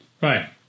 right